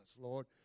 Lord